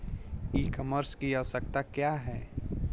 ई कॉमर्स की आवशयक्ता क्या है?